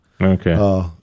Okay